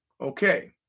Okay